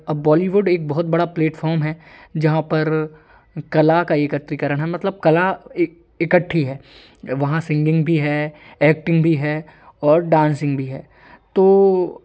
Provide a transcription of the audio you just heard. अब बॉलीवुड एक बहुत बड़ा प्लेटफार्म है जहाँ पर कला का एकत्रीकरण मतलब कला इकट्ठी है वहाँ सिंगिंग भी है एक्टिंग भी है और डांसिंग भी है तो